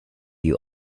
you